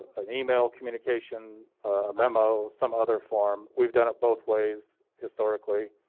an email communication ah memo. some other form. we've done it both ways historically.